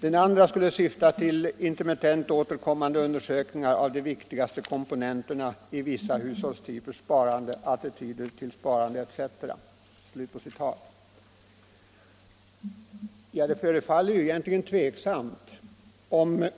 Den andra skulle syfta till intermittent återkommande undersökningar av de viktigaste komponenterna i vissa hushållstypers sparande, attityder till sparande etc.” Det förefaller tveksamt om